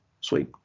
Sweet